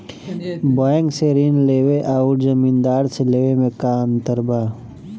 Bank से ऋण लेवे अउर जमींदार से लेवे मे का अंतर बा?